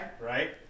right